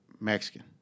Mexican